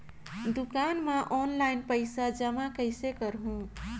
दुकान म ऑनलाइन पइसा जमा कइसे करहु?